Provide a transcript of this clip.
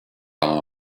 par